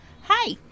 Hi